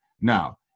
Now